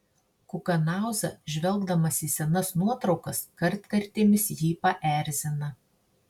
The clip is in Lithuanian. kukanauza žvelgdamas į senas nuotraukas kartkartėmis jį paerzina